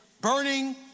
burning